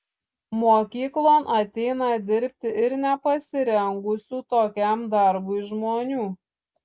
mokyklon ateina dirbti ir nepasirengusių tokiam darbui žmonių